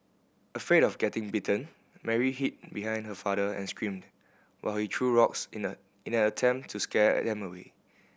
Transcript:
afraid of getting bitten Mary hid behind her father and screamed while he threw rocks in an in an attempt to scare them away